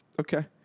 Okay